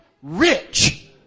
rich